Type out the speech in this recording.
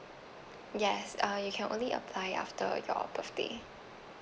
yes uh you can only apply after your birthday